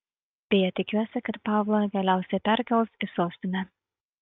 beje tikiuosi kad pavlą galiausiai perkels į sostinę